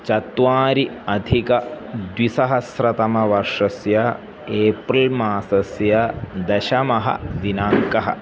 चत्वारि अधिकद्विसहस्रतमवर्षस्य एप्रिल् मासस्य दशमः दिनाङ्कः